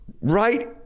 right